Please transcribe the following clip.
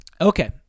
Okay